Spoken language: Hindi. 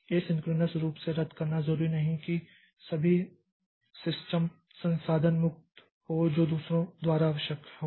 एसिंक्रोनस रूप से रद्द करना जरूरी नहीं कि सभी सिस्टम संसाधन मुक्त हो जो दूसरों द्वारा आवश्यक हो